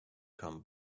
come